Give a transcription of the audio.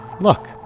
Look